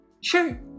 Sure